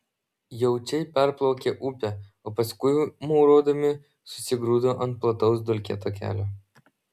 jaučiai perplaukė upę o paskui maurodami susigrūdo ant plataus dulkėto kelio